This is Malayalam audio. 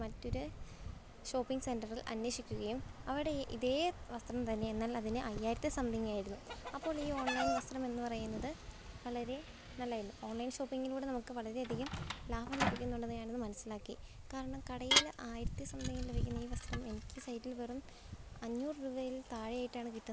മറ്റൊരു ഷോപ്പിംഗ് സെൻ്ററിൽ അന്വേഷിക്കുകയും അവിടെ ഈ ഇതേ വസ്ത്രം തന്നെ എന്നാൽ അതിന് അയ്യായിരത്തി സംതിങ്ങായിരുന്നു അപ്പോൾ ഈ ഓൺലൈൻ വസ്ത്രമെന്നു പറയുന്നത് വളരെ നല്ലതായിരുന്നു ഓൺലൈൻ ഷോപ്പിങ്ങിലൂടെ നമുക്ക് വളരെ അധികം ലാഭം ലഭിക്കുന്നുണ്ടെന്ന് ഞാനന്ന് മനസ്സിലാക്കി കാരണം കടയിൽ ആയിരത്തി സംതിങ്ങിന് ലഭിക്കുന്ന ഈ വസ്ത്രം എനിക്ക് സൈറ്റിൽ വെറും അഞ്ഞൂറ് രൂപയിൽ താഴെയായിട്ടാണ് കിട്ടുന്നത്